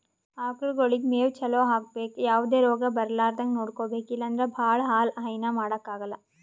ಆಕಳಗೊಳಿಗ್ ಮೇವ್ ಚಲೋ ಹಾಕ್ಬೇಕ್ ಯಾವದೇ ರೋಗ್ ಬರಲಾರದಂಗ್ ನೋಡ್ಕೊಬೆಕ್ ಇಲ್ಲಂದ್ರ ಭಾಳ ಹಾಲ್ ಹೈನಾ ಮಾಡಕ್ಕಾಗಲ್